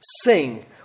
Sing